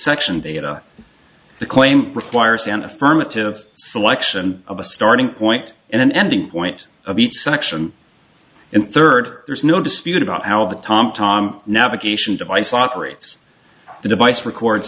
section data and claim requires an affirmative selection of a starting point and an ending point of each section and third there's no dispute about how the tom tom navigation device operates the device records